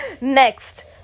Next